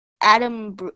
Adam